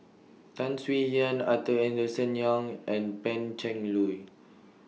Tan Swie Hian Arthur Henderson Young and Pan Cheng Lui